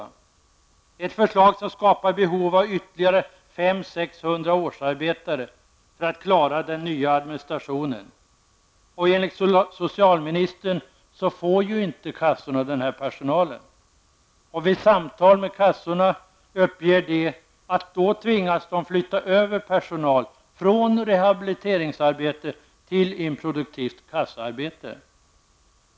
Det är ett förslag som skapar behov av ytterligare 500 till 600 årsarbetare för att klara den nya administrationen. Enligt socialministern får ju kassorna inte denna nya personal. Vid samtal med kassorna uppges de att de då tvingas flytta över personal från rehabiliteringsarbete till improduktivt kassaarbete.